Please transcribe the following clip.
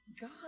God